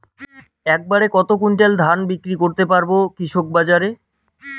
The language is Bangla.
এক বাড়ে কত কুইন্টাল ধান বিক্রি করতে পারবো কৃষক বাজারে?